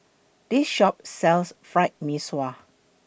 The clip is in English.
This Shop sells Fried Mee Sua